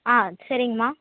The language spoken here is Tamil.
ஆ சரிங்கம்மா